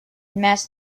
mass